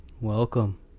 welcome